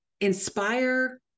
inspire